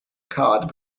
card